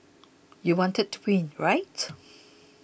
you wanted to win rights